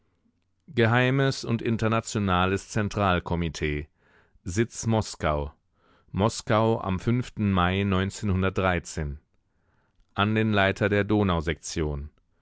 geheimes und internationales zentralkomitee sitz moskau moskau am mai an den leiter der